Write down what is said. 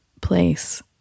place